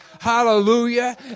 hallelujah